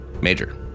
Major